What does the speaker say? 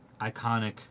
iconic